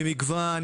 ממגוון,